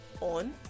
on